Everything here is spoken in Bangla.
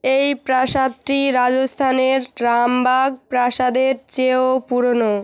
এই প্রাসাদটি রাজস্থানের রামবাগ প্রাসাদের চেয়েও পুরনো